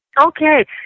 Okay